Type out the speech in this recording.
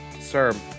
Sir